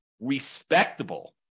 respectable